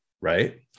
right